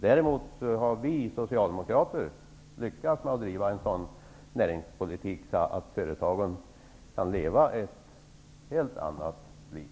Däremot har vi Socialdemokrater lyckats driva en sådan näringspolitik att företagen kan leva ett helt annat liv.